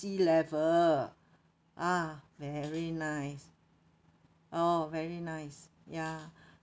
sea level ah very nice oh very nice ya